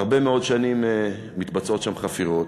הרבה מאוד שנים מתבצעות שם חפירות,